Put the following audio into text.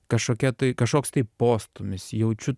kažkokia tai kažkoks tai postūmis jaučiu